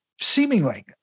seemingly